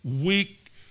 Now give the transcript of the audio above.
Weak